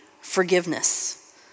forgiveness